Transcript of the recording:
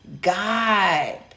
God